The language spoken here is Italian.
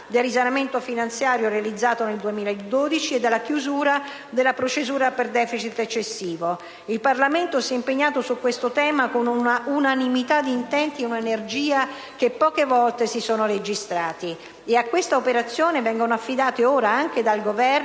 del risanamento finanziario realizzato nel 2012 e dalla chiusura della procedura per *deficit* eccessivo. Il Parlamento si è impegnato su questo tema con un'unanimità di intenti e un'energia che poche volte si sono registrate, e a questa operazione vengono affidate, ora anche dal Governo,